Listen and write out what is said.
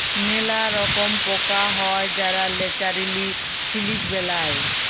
ম্যালা রকম পকা হ্যয় যারা ল্যাচারেলি সিলিক বেলায়